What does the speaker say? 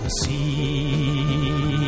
see